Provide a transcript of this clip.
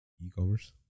E-commerce